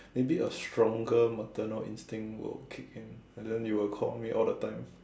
maybe a stronger maternal instinct will kick in and then you will call me all the time